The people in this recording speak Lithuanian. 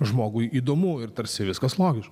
žmogui įdomu ir tarsi viskas logiška